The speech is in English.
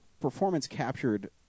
performance-captured